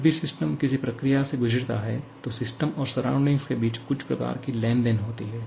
जब भी सिस्टम किसी प्रक्रिया से गुजरता है तो सिस्टम और सराउंडिंग के बीच कुछ प्रकार की लेनदेन होती है